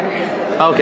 Okay